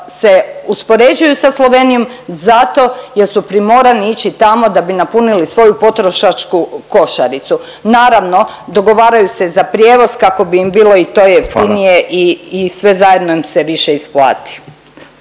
se uspoređuju sa Slovenijom zato jer su primorani ići tamo da bi napunili svoju potrošačku košaricu. Naravno, dogovaraju se za prijevoz kako bi im bilo i to jeftinije …/Upadica Radin: Hvala./…